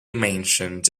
mentioned